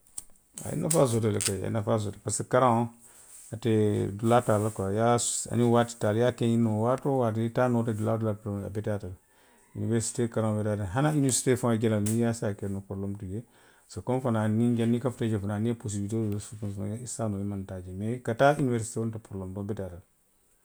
A ye nafaa soto le kayi, a ye nafaa soto le parisiko karaŋo, ate dulaa te a la, i ye a, aniŋ waati kaarii, i ye a ke noo waati woo waati, i taa noota dulaa woo dulaa doroŋ a beteyaata le. Iniwerisitee karaŋo beteyaata le, hani iniwerisitee faŋo te i yaa, i se a ke noo porobeleemu ti jee. Se komiŋ fanaŋ niŋ i ye, janniŋ i ka futa jee fanaŋ niŋ i ye poresediri i se a loŋ i maŋ taa jee. Mee ka taa iniwerisitee wo beteyaata le.